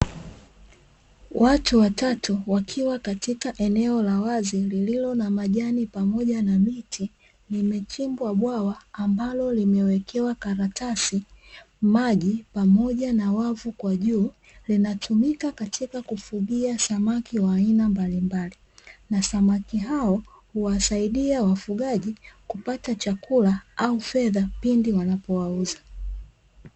Watu watatu wakiwa katika eneo la wazi lililo na majani pamoja na miti, limechimbwa bwawa ambalo limewekewa karatasi, maji pamoja na wavu kwa juu, linatumika katika kufugia samaki wa aina mbalimbali na samaki hao huwasaidia wafugaji kupata chakula au fedha pindi wanapo wauza.